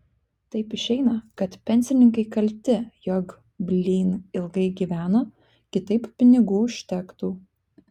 taip išeina kad pensininkai kalti jog blyn ilgai gyvena kitaip pinigų užtektų